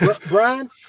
Brian